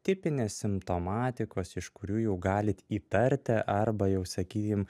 tipinės simptomatikos iš kurių jau galit įtarti arba jau sakykim